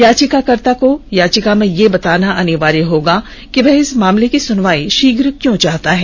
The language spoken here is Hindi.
याचिकाकर्ता को याचिका में यह बताना अनिवार्य होगा कि वह इस मामले की सुनवाई शीघ्र क्यों चाहता है